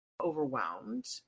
Overwhelmed